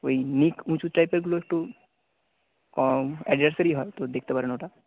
ওই উঁচু টাইপেরগুলো একটু অ্যাডিডাসেরই হয় তো দেখতে পারেন ওটা